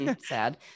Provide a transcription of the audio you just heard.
Sad